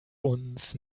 uns